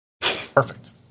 perfect